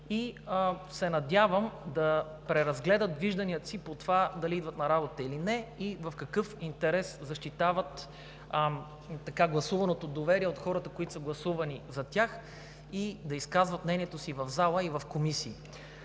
Надявам се да преразгледат вижданията си по това дали идват на работа или не и в какъв интерес защитават гласуваното доверие от хората, които са гласували за тях, и да изказват мнението си в залата и в комисиите.